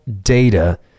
data